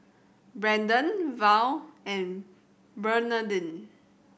Brandon Val and Bernardine